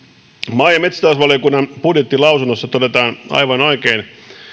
maa ja metsätalousvaliokunnan budjettilausunnossa todetaan aivan oikein